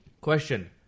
Question